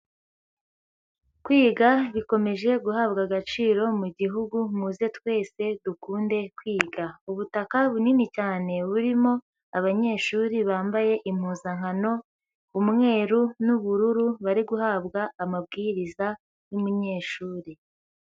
Kwiga bikomeje guhabwa agaciro mu gihugu muze twese dukunde kwiga. Ubutaka bunini cyane burimo abanyeshuri bambaye impuzankano, umweru n'ubururu bari guhabwa amabwiriza n'umunyeshuri.